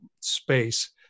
space